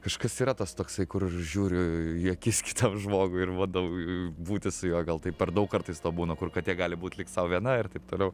kažkas yra tas toksai kur žiūriu į akis kitam žmogui ir bandau būti su juo gal taip per daug kartais to būna kur katė gali būt lyg sau viena ir taip toliau